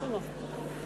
לא.